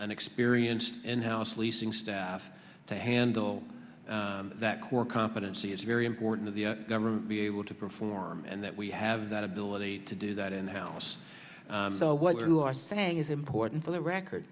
an experienced in house leasing staff to handle that core competency is very important to the government be able to perform and that we have that ability to do that in the house though what you are saying is important for the record